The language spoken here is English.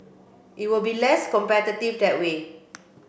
it will be less competitive that way